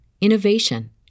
innovation